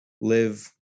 live